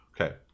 Okay